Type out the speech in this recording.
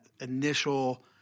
initial